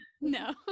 No